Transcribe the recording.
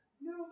No